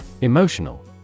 Emotional